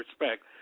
respect